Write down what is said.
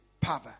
power